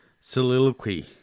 soliloquy